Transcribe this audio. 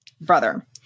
brother